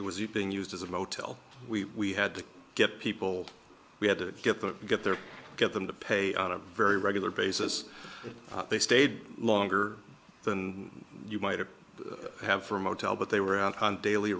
it was being used as a motel we had to get people we had to get the get there get them to pay on a very regular basis they stayed longer than you might have had for a motel but they were out on daily